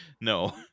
No